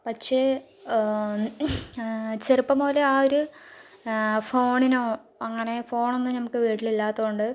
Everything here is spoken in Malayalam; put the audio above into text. പക്ഷെ ചെറുപ്പം മുതലേ ആ ഒരു ഫോണിനോ അങ്ങനെ ഫോണൊന്നും നമുക്ക് വീട്ടിൽ ഇല്ലാത്തതുകൊണ്ട്